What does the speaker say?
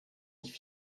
ich